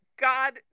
God